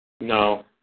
No